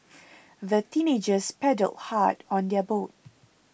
the teenagers paddled hard on their boat